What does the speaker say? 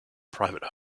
private